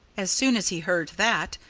as soon as he heard that,